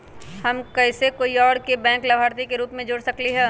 हम कैसे कोई और के बैंक लाभार्थी के रूप में जोर सकली ह?